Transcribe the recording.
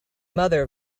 mother